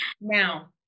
now